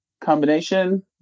combination